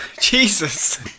jesus